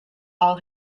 all